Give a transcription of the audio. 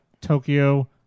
Tokyo